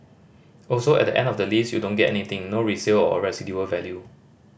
also at the end of the lease you don't get anything no resale or residual value